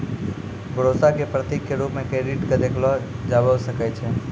भरोसा क प्रतीक क रूप म क्रेडिट क देखलो जाबअ सकै छै